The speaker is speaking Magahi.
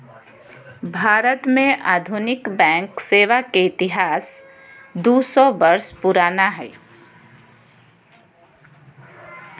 भारत में आधुनिक बैंक सेवा के इतिहास दू सौ वर्ष पुराना हइ